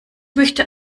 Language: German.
möchte